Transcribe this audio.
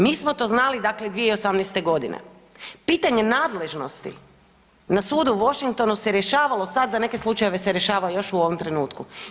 Mi smo to znali 2018. godine, pitanje nadležnosti na sudu u Washingtonu se rješavalo sad za neke slučajeve se rješava još u ovom trenutku.